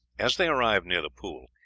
as they arrived near the pool,